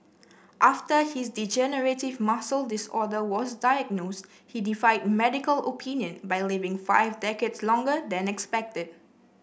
after his degenerative muscle disorder was diagnosed he defied medical opinion by living five decades longer than expected